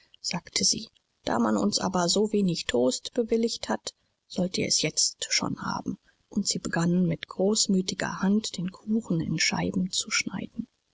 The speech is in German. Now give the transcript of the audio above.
sagte sie da man uns aber so wenig toast bewilligt hat sollt ihr es jetzt schon haben und sie begann mit großmütiger hand den kuchen in scheiben zu schneiden